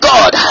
God